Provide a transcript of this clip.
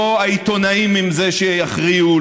לא העיתונאים הם שיכריעו,